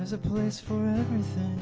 there is a place for everything